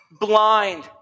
blind